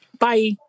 Bye